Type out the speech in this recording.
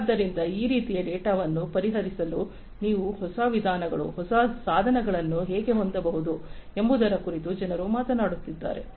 ಆದ್ದರಿಂದ ಈ ರೀತಿಯ ಡೇಟಾವನ್ನು ಪರಿಹರಿಸಲು ನೀವು ಹೊಸ ವಿಧಾನಗಳು ಹೊಸ ಸಾಧನಗಳನ್ನು ಹೇಗೆ ಹೊಂದಬಹುದು ಎಂಬುದರ ಕುರಿತು ಜನರು ಮಾತನಾಡುತ್ತಿದ್ದಾರೆ